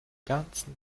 ganzen